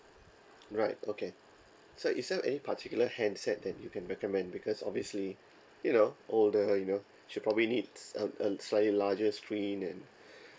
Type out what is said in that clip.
right okay so is there any particular handset that you can recommend because obviously you know older you know she probably needs a a slightly larger screen and